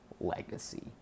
Legacy